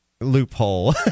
loophole